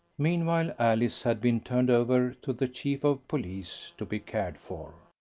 meanwhile alice had been turned over to the chief of police to be cared for,